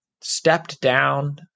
stepped-down